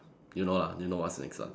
you know lah you know what's next lah